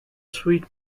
sweet